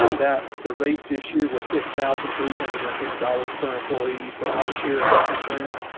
um that the rate this year was six thousand three hundred and six dollars per employee for our share of health insurance.